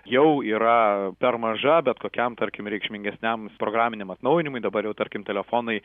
jau yra per maža bet kokiam tarkim reikšmingesniam programiniam atnaujinimui dabar jau tarkim telefonai